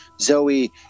Zoe